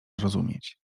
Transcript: zrozumieć